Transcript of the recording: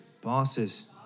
bosses